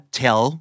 tell